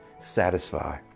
satisfy